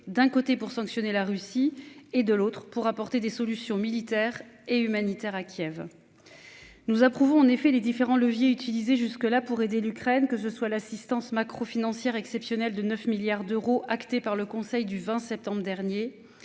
d'un côté pour sanctionner la Russie et de l'autre pour apporter des solutions militaire et humanitaire à Kiev. Nous approuvons en effet les différents leviers utilisés jusque là pour aider l'Ukraine, que ce soit l'assistance macrofinancière exceptionnelle de 9 milliards d'euros acté par le Conseil du 20 septembre dernier